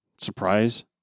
Surprise